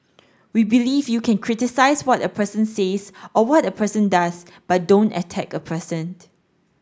we believe you can criticise what a person says or what a person does but don't attack a person